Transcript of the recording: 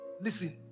Listen